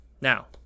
Now